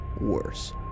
worse